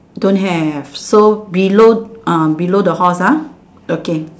don't have so below uh below the horse ah okay